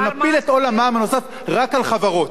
אבל נפיל את עול המע"מ הנוסף רק על חברות?